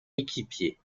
équipier